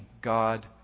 God